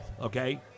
okay